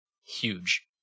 huge